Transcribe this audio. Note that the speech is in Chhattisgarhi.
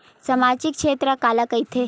सामजिक क्षेत्र काला कइथे?